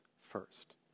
first